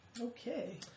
Okay